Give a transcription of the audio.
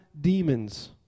demons